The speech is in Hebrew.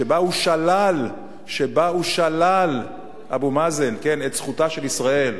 שבו שלל אבו מאזן, כן, את זכותה של ישראל.